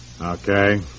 Okay